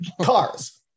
cars